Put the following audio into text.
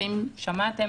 ששמעתם,